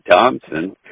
Thompson